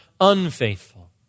unfaithful